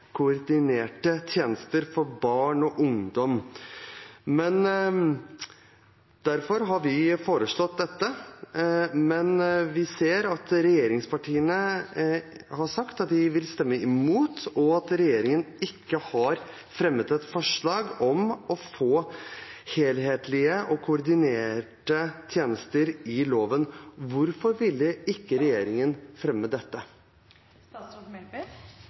koordinerte tjenester for barn og ungdom. Derfor har vi foreslått dette. Men vi ser at regjeringspartiene har sagt at de vil stemme imot, og at regjeringen ikke har fremmet forslag om å få helhetlige og koordinerte tjenester i loven. Hvorfor vil ikke regjeringen fremme